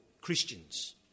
Christians